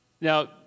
Now